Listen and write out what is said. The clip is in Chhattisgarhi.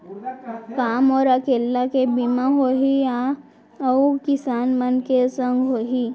का मोर अकेल्ला के बीमा होही या अऊ किसान मन के संग होही?